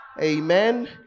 amen